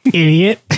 idiot